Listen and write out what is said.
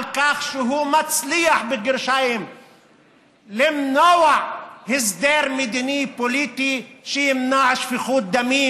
לכך שהוא "מצליח" למנוע הסדר מדיני פוליטי שימנע שפיכות דמים.